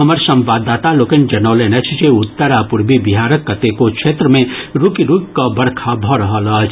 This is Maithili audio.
हमर संवाददाता लोकनि जनौलनि अछि जे उत्तर आ प्रर्वी बिहारक कतेको क्षेत्र मे रूकि रूकि कऽ बरखा भऽ रहल अछि